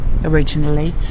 originally